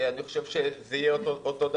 אני חושב שזה יהיה אותו דבר,